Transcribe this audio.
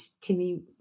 Timmy